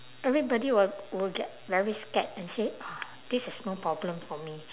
everybody will will get very scared and say uh this is no problem for me